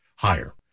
higher